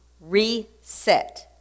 reset